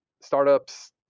startups